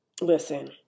listen